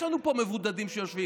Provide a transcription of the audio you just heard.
יש לנו פה מבודדים שיושבים.